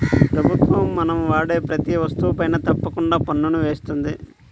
ప్రభుత్వం మనం వాడే ప్రతీ వస్తువుపైనా తప్పకుండా పన్నుని వేస్తుంది